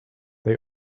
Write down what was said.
they